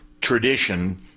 tradition